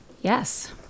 Yes